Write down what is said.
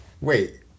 wait